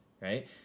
right